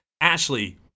ashley